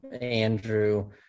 Andrew